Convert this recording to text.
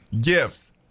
gifts